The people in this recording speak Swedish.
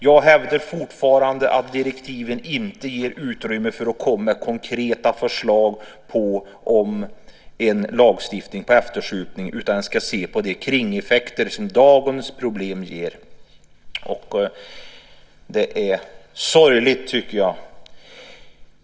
Jag hävdar fortfarande att direktiven inte ger utrymme för konkreta förslag om en lagstiftning om eftersupning, utan man ska se på de kringeffekter som dagens problem ger. Det är sorgligt, tycker jag.